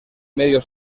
medio